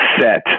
set